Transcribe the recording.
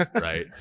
right